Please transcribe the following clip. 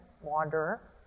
wanderer